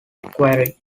quarry